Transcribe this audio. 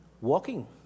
walking